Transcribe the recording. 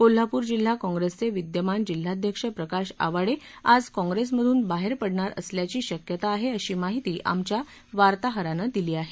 कोल्हापूर जिल्हा काँप्रेसचे विद्यमान जिल्हाध्यक्ष प्रकाश आवाडे हे आज काँप्रेस मधून बाहेर पडणार असल्याची शक्यता आहे अशी माहिती आमच्या वार्ताहरान दिली आहे